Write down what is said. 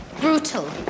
Brutal